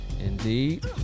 Indeed